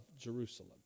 Jerusalem